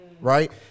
Right